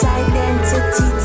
identity